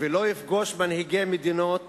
ולא יפגוש מנהיגי מדינות